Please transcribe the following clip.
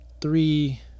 three